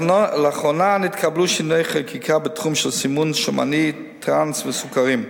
לאחרונה נתקבלו שינויי חקיקה בתחום של סימון שומני טראנס וסוכרים.